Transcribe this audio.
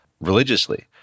religiously